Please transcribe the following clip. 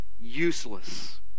useless